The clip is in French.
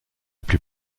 plus